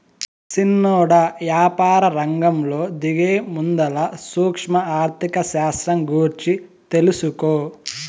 సిన్నోడా, యాపారరంగంలో దిగేముందల సూక్ష్మ ఆర్థిక శాస్త్రం గూర్చి తెలుసుకో